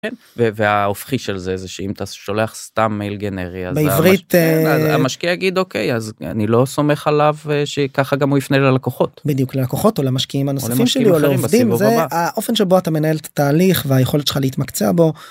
כן . וההופכי של זה זה שאם אתה שולח סתם מייל גנרי, בעברית אה.. אז המשקיע יגיד אוקיי אז אני לא סומך עליו שככה גם הוא יפנה ללקוחות. בדיוק ללקוחות או למשקיעים הנוספים שלי או לעובדים זה האופן שבו אתה מנהל את התהליך והיכולת שלך להתמקצע בו.